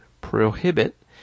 prohibit